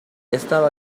estaba